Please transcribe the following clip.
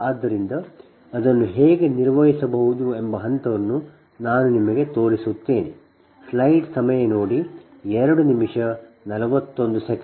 ಆದ್ದರಿಂದ ಅದನ್ನು ಹೇಗೆ ನಿರ್ವಹಿಸಬಹುದು ಎಂಬ ಹಂತವನ್ನು ನಾನು ನಿಮಗೆ ತೋರಿಸುತ್ತೇನೆ